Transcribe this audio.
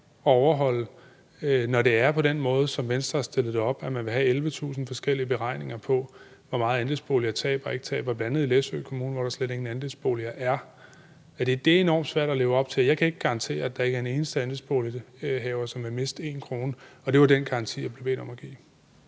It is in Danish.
når det er på den måde, som Venstre stillede det op på, nemlig at man ville have 11.000 forskellige beregninger på, hvor meget andelsbolighaverne taber og ikke taber, bl.a. i Læsø Kommune, hvor der slet ingen andelsboliger er. Det er enormt svært at leve op til. Jeg kan ikke garantere, at der ikke er en eneste andelsbolighaver, som ikke vil miste en krone. Det var den garanti, jeg blev bedt om at give.